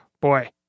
boy